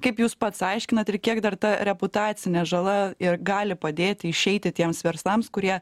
kaip jūs pats aiškinat ir kiek dar ta reputacinė žala ir gali padėti išeiti tiems verslams kurie